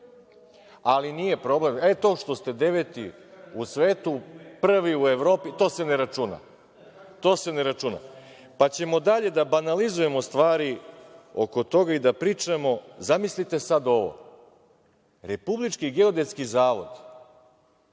ali nije problem. To što ste deveti u svetu, prvi u Evropi, to se ne računa, pa ćemo dalje da banalizujemo stvari oko toga i da pričamo. Zamislite sad ovo, Republički geodetski zavod